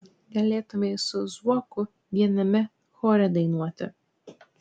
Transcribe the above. galėtumei su zuoku viename chore dainuoti